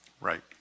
Right